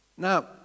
Now